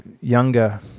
younger